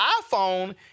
iPhone